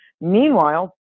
Meanwhile